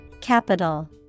Capital